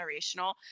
generational